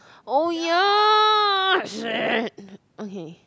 oh ya shit okay